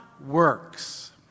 works